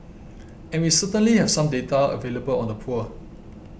and we certainly have some data available on the poor